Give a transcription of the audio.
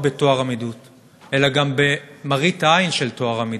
בטוהר המידות אלא גם למראית עין של טוהר המידות?